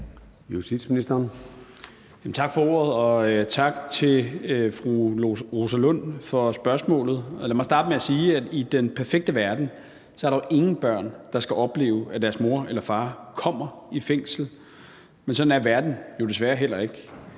Tak for ordet, og tak til fru Rosa Lund for spørgsmålet. Lad mig starte med at sige, at i den perfekte verden er der jo ingen børn, der skal opleve, at deres mor eller far kommer i fængsel. Men sådan er verden jo desværre ikke.